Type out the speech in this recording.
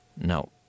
no